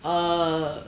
uh